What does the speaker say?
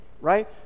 Right